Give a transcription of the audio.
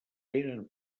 tenen